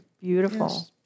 Beautiful